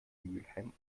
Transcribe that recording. mülheim